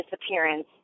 disappearance